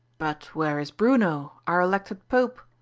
but where is bruno, our elected pope,